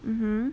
mmhmm